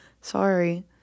sorry